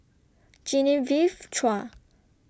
Genevieve Chua